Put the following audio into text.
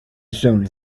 sony